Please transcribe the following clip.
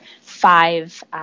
five